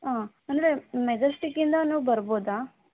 ಹಾಂ ಅಂದರೆ ಮೆಜೆಸ್ಟಿಕ್ ಇಂದಲೂ ಬರಬೋದ